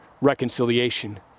reconciliation